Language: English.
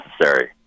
necessary